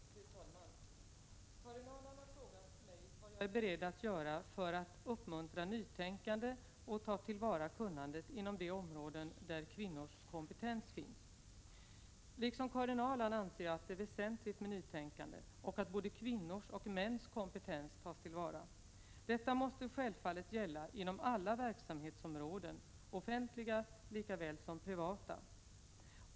Fru talman! Karin Ahrland har frågat mig vad jag är beredd att göra för att uppmuntra nytänkande och ta till vara kunnandet inom de områden där kvinnors kompetens finns. Liksom Karin Ahrland anser jag att det är väsentligt med nytänkande och att både kvinnors och mäns kompetens tas till vara. Detta måste självfallet gälla inom alla verksamhetsområden, offentliga lika väl som privata.